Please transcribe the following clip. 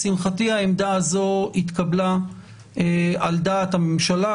לשמחתי ההצעה התקבלה על דעת הממשלה,